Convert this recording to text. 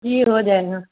جی ہو جائے گا